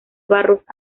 barros